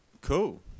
Cool